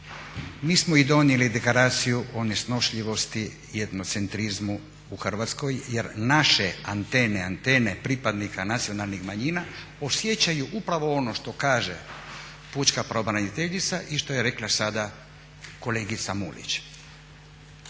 mi smo i donijeli Deklaraciju o nesnošljivosti, jedno centrizmu u Hrvatskoj, jer naše antene, antene pripadnika nacionalnih manjina osjećaju upravo ono što kaže pučka pravobraniteljica i što je rekla sada kolegica Mulić.